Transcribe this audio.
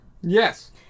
Yes